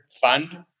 fund